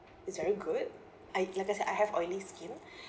it's very good I like I say I have oily skin